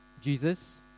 Jesus